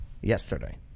yesterday